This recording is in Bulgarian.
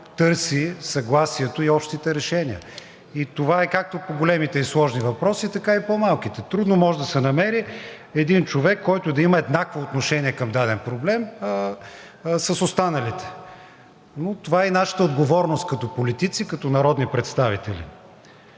търси съгласието и общите решения, както по големите и сложни въпроси, така и по по-малките. Трудно може да се намери един човек, който да има еднакво отношение към даден проблем с останалите, но това е и нашата отговорност като политици и като народни представители.